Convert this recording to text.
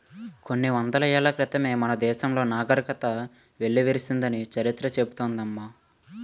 కొన్ని వందల ఏళ్ల క్రితమే మన దేశంలో నాగరికత వెల్లివిరిసిందని చరిత్ర చెబుతోంది అమ్మ